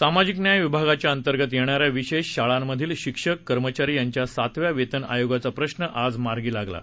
सामाजिक न्याय विभागाच्या अंतर्गत येणाऱ्या विशेष शाळांमधील शिक्षक कर्मचारी यांच्या सातव्या वेतन आयोगाचा प्रश्न आज मार्गी लागला आहे